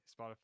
Spotify